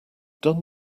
done